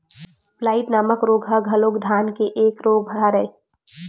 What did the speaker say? blight नामक रोग ह घलोक धान के एक रोग हरय